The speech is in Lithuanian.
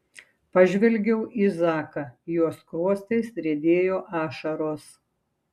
pažvelgiau į zaką jo skruostais riedėjo ašaros